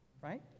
right